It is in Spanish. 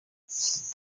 tres